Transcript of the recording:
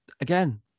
again